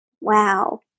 Wow